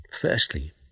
Firstly